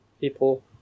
people